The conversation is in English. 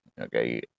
Okay